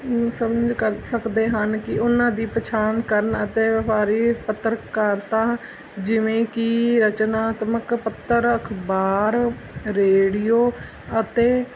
ਸਮਝ ਕਰ ਸਕਦੇ ਹਨ ਕਿ ਉਹਨਾਂ ਦੀ ਪਛਾਣ ਕਰਨ ਅਤੇ ਵਪਾਰੀ ਪੱਤਰਕਾਰਤਾ ਜਿਵੇਂ ਕਿ ਰਚਨਾਤਮਕ ਪੱਤਰ ਅਖਬਾਰ ਰੇਡੀਓ ਅਤੇ